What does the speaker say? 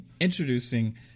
introducing